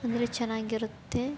ಅಂದರೆ ಚೆನ್ನಾಗಿರುತ್ತೆ